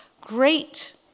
great